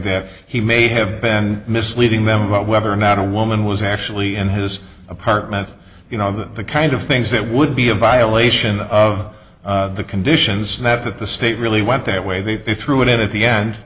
that he may have been misleading them about whether or not a woman was actually in his apartment you know the kind of things that would be a violation of the conditions that the state really went that way they threw it in at the end